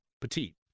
petite